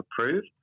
approved